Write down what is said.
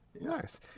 Nice